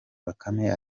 bakame